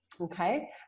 okay